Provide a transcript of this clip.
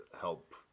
help